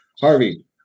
harvey